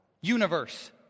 Universe